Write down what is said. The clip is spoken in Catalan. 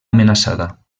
amenaçada